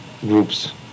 groups